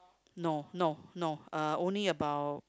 no no no uh only about